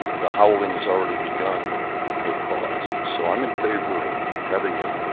the howling has already begun with with good cause. so i am in favor of having a ah